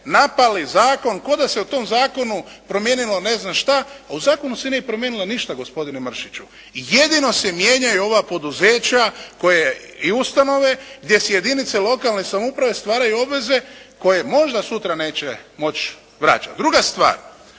napali zakon kao da se u tom zakonu promijenilo ne znam šta, a u zakonu se nije promijenilo ništa gospodine Mršiću. Jedino se mijenjaju ova poduzeća i ustanove gdje si jedinice lokalne samouprave stvaraju obaveze koje možda sutra neće moći vraćati. Druga stvar.